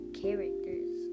characters